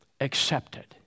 accepted